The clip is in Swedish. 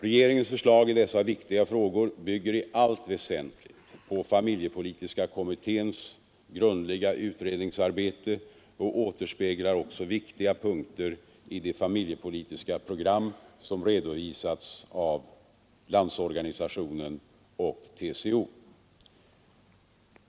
Regeringens förslag i dessa viktiga frågor bygger i allt väsentligt på familjepolitiska kommitténs grundliga utredningsarbete och återspeglar också viktiga punkter i de familjepolitiska program som redovisats av LO och TCO.